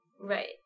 Right